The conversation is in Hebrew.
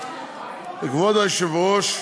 כבוד היושב-ראש,